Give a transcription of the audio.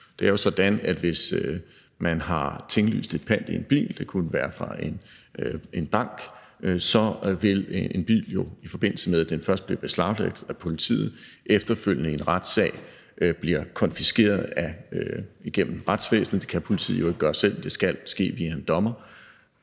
Det er jo sådan, at hvis man har tinglyst pant i en bil, så vil f.eks. den bank, der har pant i bilen – efter at bilen først er blevet beslaglagt af politiet, efterfølgende i en retssag er blevet konfiskeret gennem retsvæsenet, for det kan politiet jo ikke gøre selv, da det skal ske via en dommer